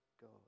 God